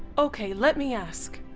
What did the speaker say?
ok, let me ask.